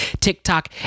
TikTok